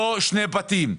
לא שני בתים.